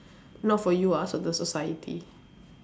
not for you ah so the society